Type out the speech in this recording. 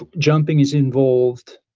ah jumping is involved,